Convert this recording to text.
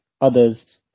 others